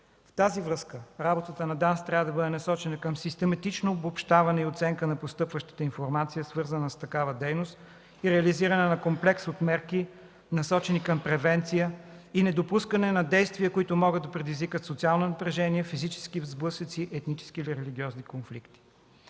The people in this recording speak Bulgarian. с това работата на ДАНС трябва да бъде насочена към систематично обобщаване и оценка на постъпващата информация, свързана с такава дейност, и реализиране на комплекс от мерки, насочени към превенция и недопускане на действия, които могат да предизвикат социално напрежение, физически сблъсъци, етнически или религиозни конфликти.